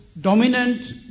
dominant